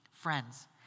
Friends